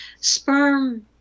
sperm